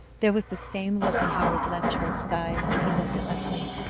there was the same look in howard letchworth's eyes when he looked at leslie,